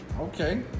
Okay